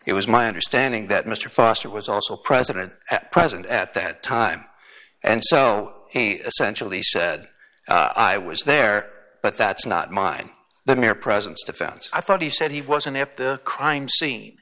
it was my understanding that mr foster was also president at present at that time and so a essential he said i was there but that's not mine the mere presence defends i thought he said he wasn't at the crime scene